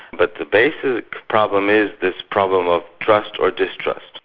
but the basic problem is this problem of trust or distrust.